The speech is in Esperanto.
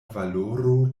valoro